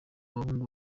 abahungu